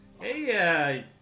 Hey